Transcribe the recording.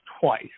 twice